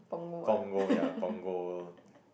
Punggol ya Punggol